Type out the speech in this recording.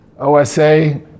OSA